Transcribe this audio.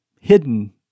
hidden